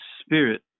spirit